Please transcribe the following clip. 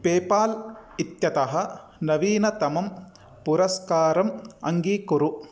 PayPal इत्यतः नवीनतमं पुरस्कारम् अङ्गीकुरु